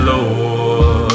Lord